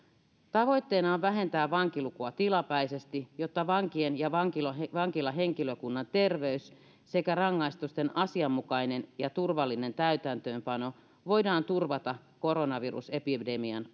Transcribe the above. tavoitteena on vähentää vankilukua tilapäisesti jotta vankien ja vankilahenkilökunnan terveys sekä rangaistusten asianmukainen ja turvallinen täytäntöönpano voidaan turvata koronavirusepidemian